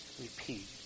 repeat